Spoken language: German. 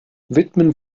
widmen